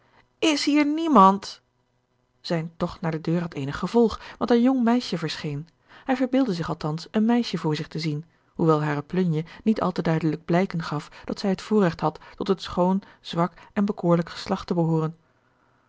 is hier niemand zijn togt naar de deur had eenig gevolg want een jong meisje verscheen hij verbeeldde zich althans een meisje voor zich te zien hoewel hare plunje niet al te duidelijk blijken gaf dat zij het voorregt had tot het schoon zwak en bekoorlijk geslacht te behooren